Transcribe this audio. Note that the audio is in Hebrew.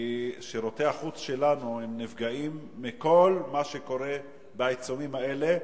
כי שירותי החוץ שלנו נפגעים מכל מה שקורה בעיצומים האלה,